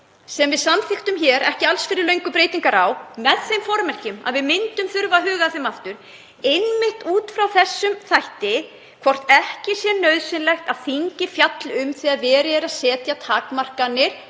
sem við samþykktum hér ekki alls fyrir löngu breytingar á með þeim formerkjum að við myndum þurfa að huga að þeim aftur einmitt út frá þeim þætti hvort ekki sé nauðsynlegt að þingið fjalli um það þegar verið er að setja takmarkanir